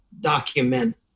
document